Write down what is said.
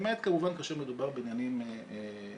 באמת כמובן כאשר מדובר בעניינים פרטיים